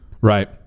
Right